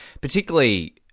particularly